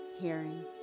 hearing